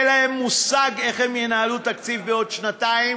אין להם מושג איך הם ינהלו תקציב בעוד שנתיים,